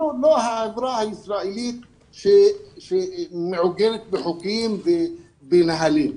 לא החברה הישראלית שמעוגנת בחוקים ובנהלים.